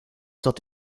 dort